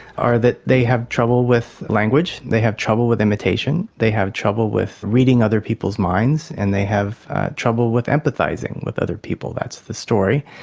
are that they have trouble with language, they have trouble with imitation, they have trouble with reading other people's minds, and they have trouble with empathising with other people, that's the story.